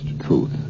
truth